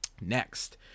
Next